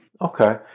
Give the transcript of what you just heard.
Okay